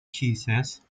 cheeses